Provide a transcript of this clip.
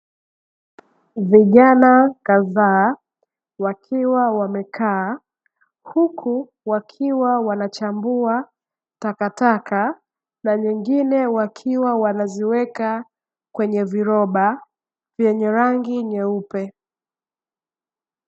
Vijana kadhaa wakiwa wamekaa huku wakiwa wanachambua takataka na nyingine wakiwa wanaziweka kwenye viroba vyenye rangi nyeupe.